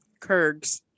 Kurgs